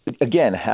Again